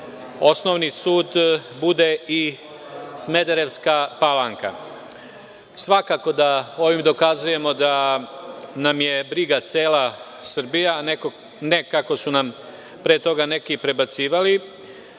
osnovni sud bude i Smederevska Palanka. Svakako da ovim dokazujemo da nam je briga cela Srbija, a ne kako su nam pre toga neki prebacivali.